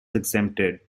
exempted